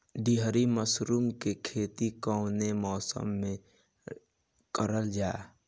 ढीघरी मशरूम के खेती कवने मौसम में करल जा?